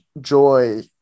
joy